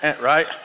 right